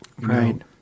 Right